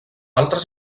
altres